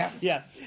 Yes